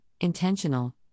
intentional